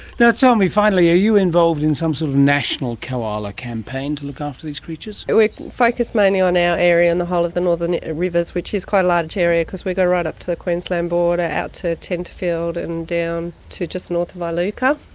um finally, are you involved in some sort of national koala campaign to look after these creatures? we focus mainly on our area and the whole of the northern rivers which is quite a large area because we go right up to the queensland border out to tenterfield and down to just north of iluka.